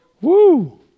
Woo